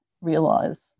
realize